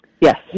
Yes